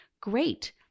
Great